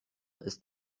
ist